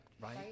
right